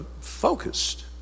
focused